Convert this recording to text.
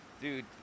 dude